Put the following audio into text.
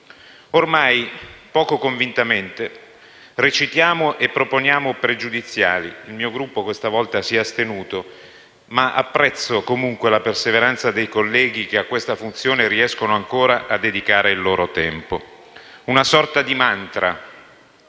Ormai, poco convintamente, recitiamo e proponiamo pregiudiziali. Il mio Gruppo questa volta si è astenuto, ma apprezzo comunque la perseveranza dei colleghi che a questa funzione riescono ancora a dedicare il loro tempo. Una sorta di mantra,